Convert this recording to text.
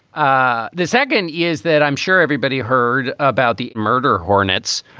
ah the second is that i'm sure everybody heard about the murder hornets,